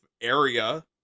area